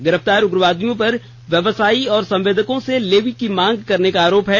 गिरफ्तार उग्रवादियों पर व्यवसायियों और संदेवकों से लेवी की मांग करने का आरोप है